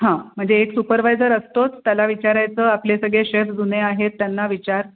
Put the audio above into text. हां म्हणजे एक सुपरवायजर असतोच त्याला विचारायचं आपले सगळे शेफ जुने आहेत त्यांना विचार